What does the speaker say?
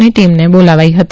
ની ટીમને બોલાવાઈ હતી